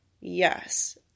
yes